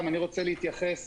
אני מקווה שזה יאפשר